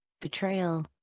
betrayal